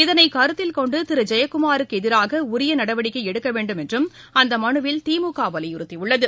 இதனை கருத்தில் கொண்டு திரு ஜெயக்குமாருக்கு எதிராக உரிய நடவடிக்கை எடுக்க வேண்டும் என்றும் அந்த மனுவில் திமுக வலியுறுத்தியுள்ளது